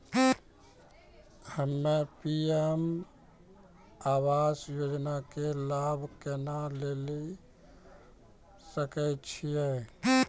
हम्मे पी.एम आवास योजना के लाभ केना लेली सकै छियै?